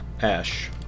Ash